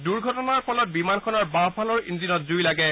দুৰ্ঘটনাৰ ফলত বিমানখনৰ বাণ্ঠফালৰ ইঞ্জিনত জুই লাগে